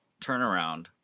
turnaround